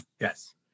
Yes